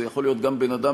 זה יכול להיות גם בן-אדם,